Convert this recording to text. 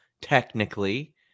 technically